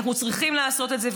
אנחנו צריכים לעשות את זה.